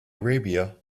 arabia